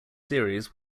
series